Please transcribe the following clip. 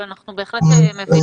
אבל אנחנו בהחלט מסכימים אתך.